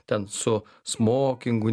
ten su smokingu